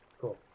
Cool